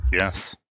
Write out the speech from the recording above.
Yes